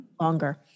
longer